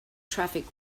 traffic